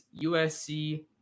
usc